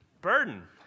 burden